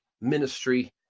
ministry